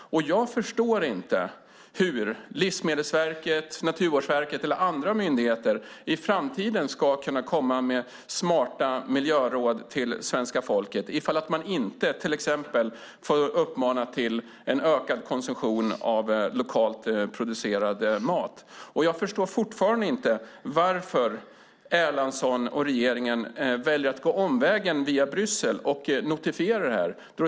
Jag förstår inte hur Livsmedelsverket, Naturvårdsverket eller andra myndigheter i framtiden ska kunna komma med smarta miljöråd till svenska folket ifall man inte till exempel får uppmana till en ökad konsumtion av lokalt producerad mat. Jag förstår heller fortfarande inte varför Erlandsson och regeringen väljer att gå omvägen via Bryssel och notifiera detta.